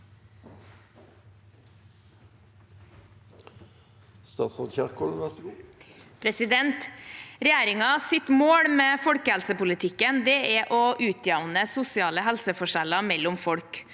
Regjeringens mål med folkehelsepolitikken er å utjevne sosiale helseforskjeller mellom folk.